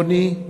יוני,